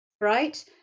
right